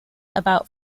about